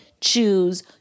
choose